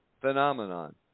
phenomenon